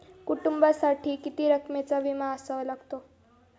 कुटुंबासाठी किती रकमेचा विमा असावा लागतो?